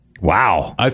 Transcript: Wow